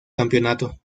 campeonato